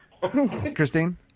Christine